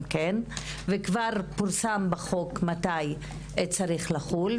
כבר פורסם בחוק מתי הוא צריך לחול.